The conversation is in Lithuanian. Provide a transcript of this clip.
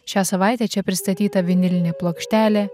šią savaitę čia pristatyta vinilinė plokštelė